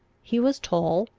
he was tall,